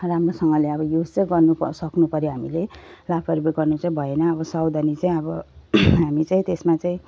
राम्रोसँगले अब युज चाहिँ गर्नुपर सक्नुपऱ्यो हामीले लापरवाही गर्नु चाहिँ भएन अब सावधानी चाहिँ अब हामी चाहिँ त्यसमा चाहिँ